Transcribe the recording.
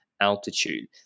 altitude